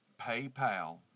Paypal